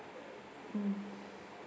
mm